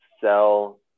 sell